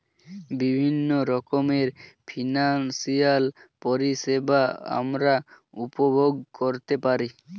বিভিন্ন রকমের ফিনান্সিয়াল পরিষেবা আমরা উপভোগ করতে পারি